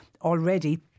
already